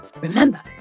remember